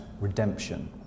redemption